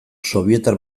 sobietar